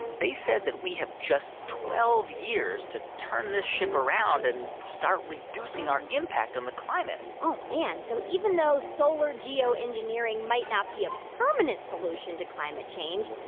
they said that we have just twelve years to turn the ship around and start reducing our impact on the climate oh, man. so even though solar geoengineering might not be a permanent solution to climate change,